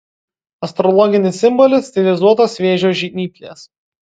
astrologinis simbolis stilizuotos vėžio žnyplės